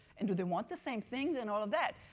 and do they want the same things and all of that?